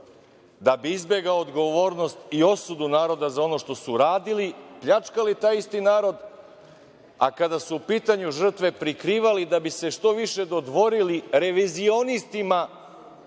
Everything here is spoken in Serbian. da bi izbegao odgovornost i osudu naroda za ono što su uradili, pljačkali taj isti narod, a kada su u pitanju žrtve, prikrivali, da bi se što više dodvorili revizionistima